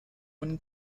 when